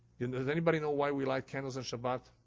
does anybody know why we light candles on shabbat?